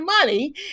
money